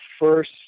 first